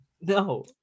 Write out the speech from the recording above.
no